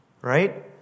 right